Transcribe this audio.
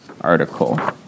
article